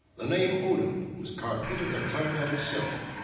the name odom was carved into the clarinet itself.